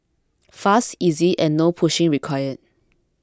fast easy and no pushing required